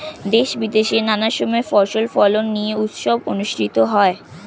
দেশে বিদেশে নানা সময় ফসল ফলন নিয়ে উৎসব অনুষ্ঠিত হয়